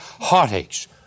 heartaches